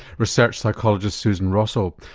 research psychologist susan rossell.